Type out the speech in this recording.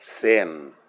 sin